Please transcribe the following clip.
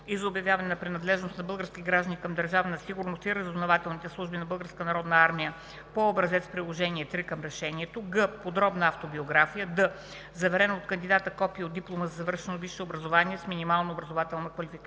и за обявяване на принадлежност на български граждани към Държавна сигурност и разузнавателните служби на Българската народна армия по образец – Приложение № 3 към решението; г) подробна автобиография; д) заверено от кандидата копие от диплома за завършено висше образование с минимална образователно-квалификационна